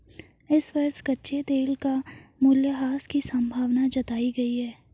इस वर्ष कच्चे तेल का मूल्यह्रास की संभावना जताई गयी है